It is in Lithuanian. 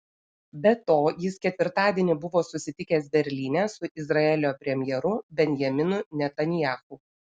be to jis ketvirtadienį buvo susitikęs berlyne su izraelio premjeru benjaminu netanyahu